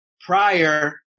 prior